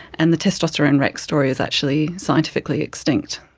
and the testosterone rex story is actually scientifically extinct.